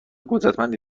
قدرتمندی